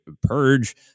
purge